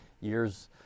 years